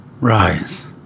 Rise